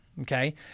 Okay